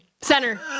Center